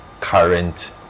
current